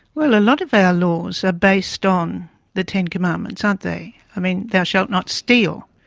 well, a lot of our laws are based on the ten commandments, aren't they? i mean, thou shalt not steal,